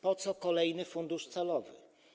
Po co kolejny fundusz celowy?